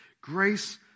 Grace